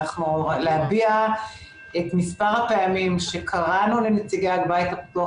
להביע את מספר הפעמים שקראנו לנציגי הבית הפתוח